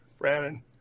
Brandon